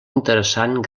interessant